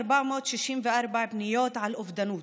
3,464 פניות היו על אובדנות,